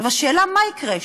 עכשיו, השאלה היא מה יקרה שם,